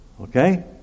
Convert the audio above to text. Okay